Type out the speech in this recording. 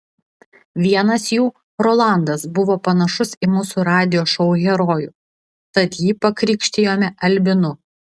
vienas jų rolandas buvo panašus į mūsų radijo šou herojų tad jį pakrikštijome albinu